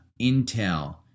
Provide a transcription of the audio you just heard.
Intel